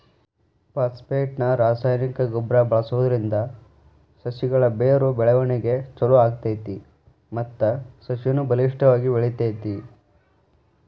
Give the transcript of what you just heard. phosphate ನ ರಾಸಾಯನಿಕ ಗೊಬ್ಬರ ಬಳ್ಸೋದ್ರಿಂದ ಸಸಿಗಳ ಬೇರು ಬೆಳವಣಿಗೆ ಚೊಲೋ ಆಗ್ತೇತಿ ಮತ್ತ ಸಸಿನು ಬಲಿಷ್ಠವಾಗಿ ಬೆಳಿತೇತಿ